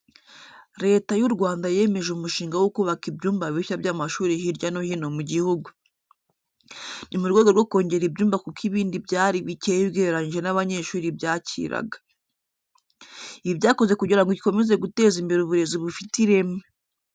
Leta y'u Rwanda yemeje umushinga wo kubaka ibyumba bishya by'amashuri hirya no hino mu gihugu. Ni mu rwego rwo kongera ibyumba kuko ibindi byari bikeya ugereranyije n'abanyeshuri byakiraga. Ibi byakozwe kugira ngo ikomeze guteza imbere uburezi bufite ireme.